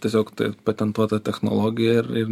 tiesiog tai patentuota technologija ir ir